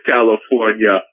California